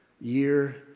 year